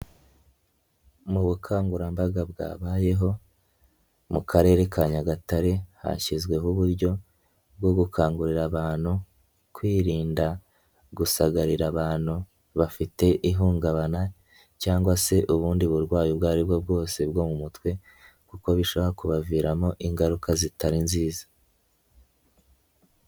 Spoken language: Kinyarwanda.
Mu bukangurambaga bwabayeho mu Karere ka Nyagatare hashyizweho uburyo bwo gukangurira abantu kwirinda gusagarira abantu bafite ihungabana cyangwa se ubundi burwayi ubwo ari bwo bwose bwo mu mutwe kuko bishobora kubaviramo ingaruka zitari nziza.